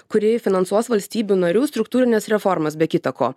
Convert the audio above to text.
kuri finansuos valstybių narių struktūrines reformas be kita ko